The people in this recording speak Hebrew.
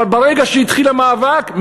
אבל ברגע שהתחיל המאבק,